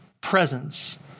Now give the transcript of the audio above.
presence